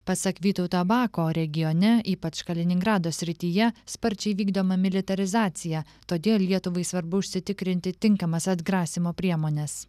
pasak vytauto bako regione ypač kaliningrado srityje sparčiai vykdoma militarizacija todėl lietuvai svarbu užsitikrinti tinkamas atgrasymo priemones